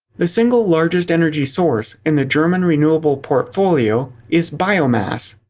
the single largest energy source in the german renewable portfolio is biomass.